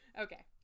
okay